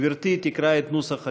גברתי תקרא את נוסח השאילתה.